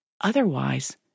Otherwise